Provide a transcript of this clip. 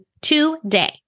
today